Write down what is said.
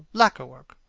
lacquer-work,